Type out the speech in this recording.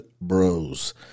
bros